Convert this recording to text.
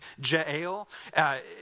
Ja'el